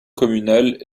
communale